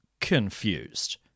confused